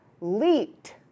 leaked